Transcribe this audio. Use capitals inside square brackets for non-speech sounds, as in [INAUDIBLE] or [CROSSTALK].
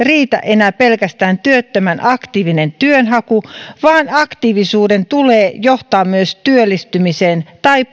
[UNINTELLIGIBLE] riitä enää pelkästään työttömän aktiivinen työnhaku vaan aktiivisuuden tulee johtaa myös työllistymiseen tai [UNINTELLIGIBLE]